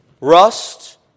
rust